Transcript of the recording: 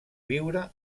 viure